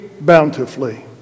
bountifully